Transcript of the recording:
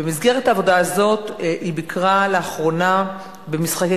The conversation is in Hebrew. במסגרת העבודה הזאת היא ביקרה לאחרונה במשחקי